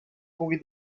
pugui